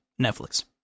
Netflix